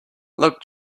look